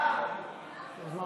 (תיקון מס'